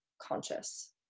conscious